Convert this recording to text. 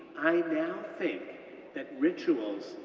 i now think that rituals,